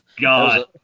God